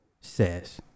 says